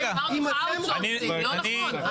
לא נכון.